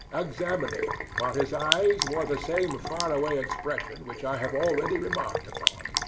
examining, while his eyes wore the same far-away expression which i have already remarked upon.